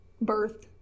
birth